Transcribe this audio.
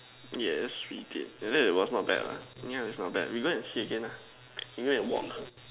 yes we did and then it was not bad lah yeah it's not bad we go and see again ah we go and walk